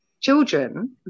children